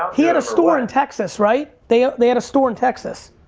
he had a store in texas, right? they they had a store in texas.